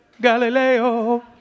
Galileo